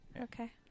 Okay